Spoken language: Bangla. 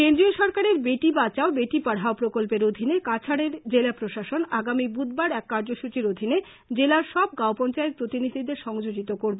কেন্দ্রীয় সরকারের বেটি বাচাও বেটি পড়াও প্রকল্পের অধীনে কাছাড় জেলা প্রশাসন আগামী বুধবার এক কার্য্যসূচীর অধীনে জেলার সব গাওপঞ্চায়েত প্রতিনিধিদের সংযোজিত করবে